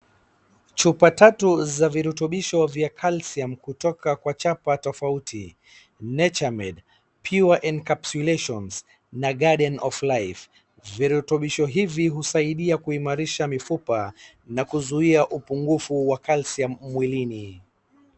Chupa tatu za virutubisho vya calcium kutoka kwa chapa tofauti; Nature made, Pure encaspulation na Garden of Life. Virutubisho hivi husaidia kuimarisha mifupa na kuzuia upungufu wa calcium mwilini.